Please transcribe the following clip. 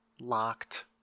locked